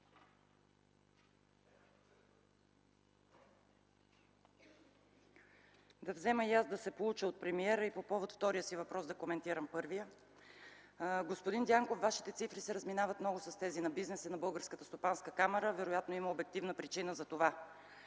Да взема и аз да се поуча от премиера и по повод втория си въпрос да коментирам първия. Господин Дянков, Вашите цифри се разминават много с тези на бизнеса на Българската стопанска камара. Вероятно има обективна причина за това.